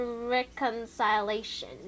reconciliation